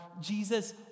Jesus